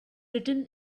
written